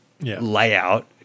layout